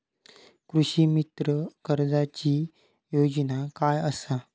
कृषीमित्र कर्जाची योजना काय असा?